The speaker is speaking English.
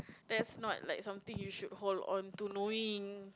that's not like something you should hold on to knowing